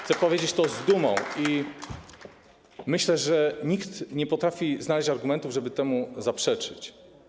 Chcę powiedzieć to z dumą i myślę, że nikt nie potrafi znaleźć argumentów, żeby temu zaprzeczyć.